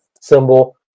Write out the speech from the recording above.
symbol